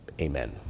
Amen